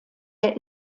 der